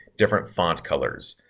different font colours.